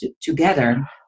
together